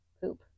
poop